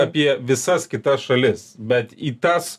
apie visas kitas šalis bet į tas